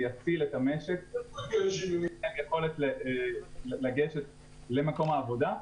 זה יציל את המשק ותהיה יכולת לגשת למקום העבודה.